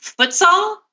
futsal